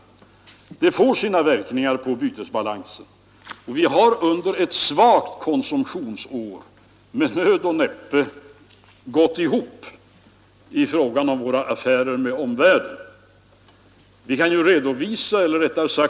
Det får sina verkningar på bytesbalansen, och det har under ett svagt konsumtionsår med nöd och näppe gått ihop när det gäller våra affärer med omvärlden.